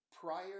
Prior